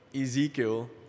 Ezekiel